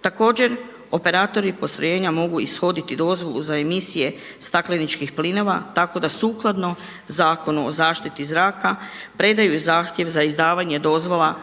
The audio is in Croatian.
Također operatori postrojenja mogu ishoditi dozvolu za emisije stakleničkih plinova tako da sukladno Zakonu o zaštiti zraka predaju zahtjev za izdavanje dozvola